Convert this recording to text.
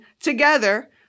together